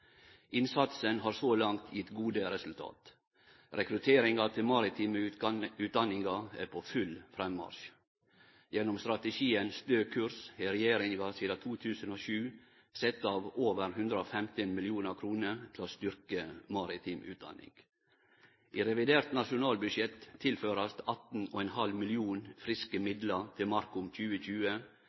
Innsatsen har så langt gitt gode resultat: Rekrutteringa til maritime utdaningar er på full frammarsj. Gjennom strategien Stø kurs har regjeringa sidan 2007 sett av over 115 mill. kr til å styrkje maritim utdanning. I revidert nasjonalbudsjett vert det tilført 18,5 mill. kr i friske midlar til MARKOM 2020,